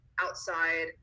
outside